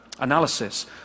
analysis